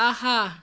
آہا